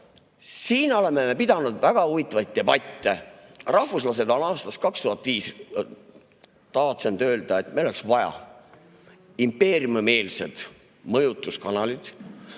Siin oleme me pidanud väga huvitavaid debatte. Rahvuslased on aastast 2005 tavatsenud öelda, et meil oleks vaja impeeriumimeelsete mõjutuskanalite